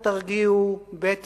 תרגיעו, ב.